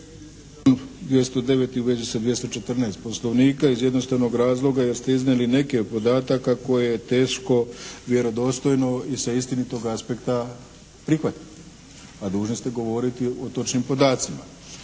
u vezi sa 214. Poslovnika iz jednostavnog razloga jer ste iznijeli neke od podataka koje je teško vjerodostojno i sa istinitog aspekta prihvatiti. A dužni ste govoriti o točnim podacima.